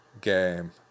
game